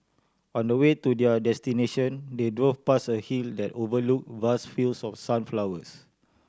on the way to their destination they drove past a hill that overlook vast fields of sunflowers